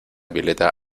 violeta